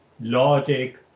logic